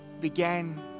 began